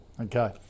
Okay